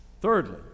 Thirdly